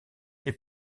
est